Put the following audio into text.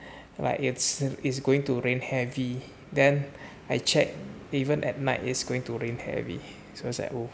like it's it's going to rain heavy then I check even at night it's going to rain heavy so was like oo